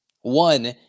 one